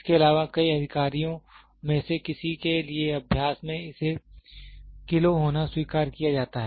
इसके अलावा कई अधिकारियों में से किसी के लिए अभ्यास में इसे किलो होना स्वीकार किया जाता है